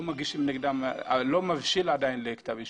שהמקרה שלהם עדיין לא מבשיל לכתב אישום.